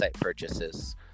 purchases